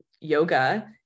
yoga